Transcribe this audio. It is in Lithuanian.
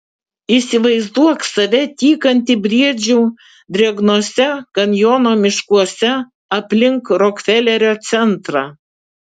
įsivaizduok save tykantį briedžių drėgnuose kanjono miškuose aplink rokfelerio centrą